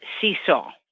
seesaw